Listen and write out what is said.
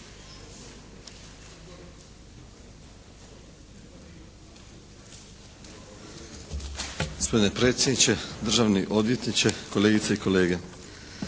Gospodine predsjedniče, državni odvjetniče, kolegice i kolege.